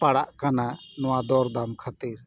ᱯᱟᱲᱟᱜ ᱠᱟᱱᱟ ᱱᱚᱣᱟ ᱫᱚᱨᱫᱟᱢ ᱠᱷᱟᱹᱛᱤᱨ